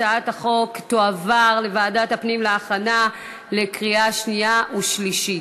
הצעת החוק תועבר לוועדת הפנים להכנה לקריאה שנייה ושלישית.